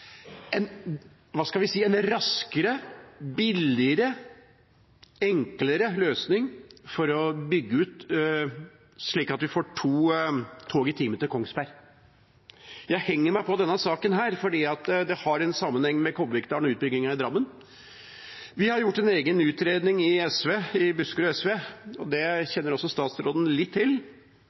en – hva skal vi si – raskere, billigere og enklere løsning for å bygge ut slik at vi får to tog i timen til Kongsberg. Jeg henger meg på denne saken her, fordi den henger sammen med Kobbervikdalen og utbygginga i Drammen. Vi har gjort en egen utredning i Buskerud SV, og det kjenner også statsråden litt til.